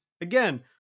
again